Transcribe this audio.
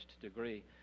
degree